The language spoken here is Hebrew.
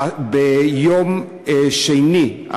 ביום שני,